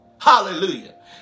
Hallelujah